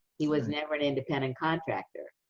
he was never an independent contractor.